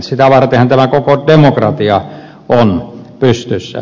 sitä vartenhan tämä koko demokratia on pystyssä